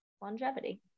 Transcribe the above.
longevity